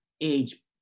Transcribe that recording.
age